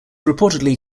reportedly